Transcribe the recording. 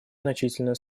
значительная